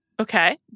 Okay